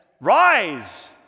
rise